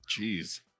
Jeez